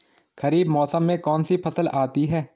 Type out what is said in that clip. खरीफ मौसम में कौनसी फसल आती हैं?